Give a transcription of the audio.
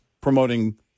promoting